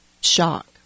shock